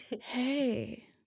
Hey